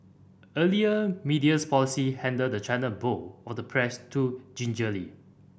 earlier media's policy handled the china bowl of the press too gingerly